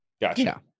Gotcha